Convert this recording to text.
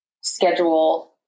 schedule